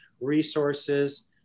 resources